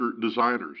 designers